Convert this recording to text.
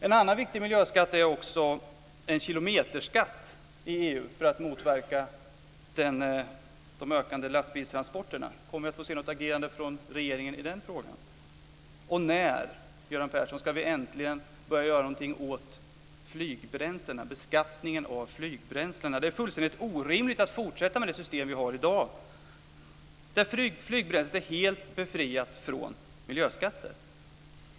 En kilometerskatt i EU är en annan viktig miljöskatt för att man ska kunna motverka de ökande lastbilstransporterna. Kommer vi att få se något agerande av regeringen i den frågan? Och när, Göran Persson, ska vi äntligen börja göra någonting åt beskattningen av flygbränslet? Det är fullständigt orimligt att fortsätta med det system som vi har i dag där flygbränslet är helt befriat från miljöskatter.